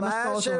גם השקעות,